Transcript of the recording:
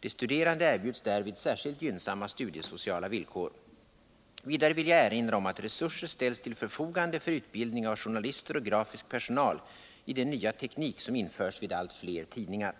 De studerande erbjuds därvid särskilt gynnsamma studiesociala villkor. Vidare vill jag erinra om att resurser ställs till förfogande för utbildning av journalister och grafisk personal i den nya teknik som införs vid allt fler tidningar.